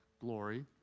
glory